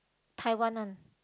Taiwan one